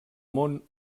món